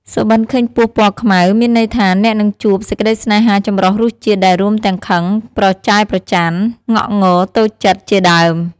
សុបិន្តឃើញពស់ពណ៌ខ្មៅ មានន័យថាអ្នកនឹងជួបសេចក្តីសេ្នហាចម្រុះរសជាតិដែលរួមទាំងខឹង ប្រចែប្រចណ្ឌ ងង៉ក់ តូចចិត្ត ជាដើម។